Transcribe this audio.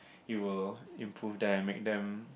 you will improve them make them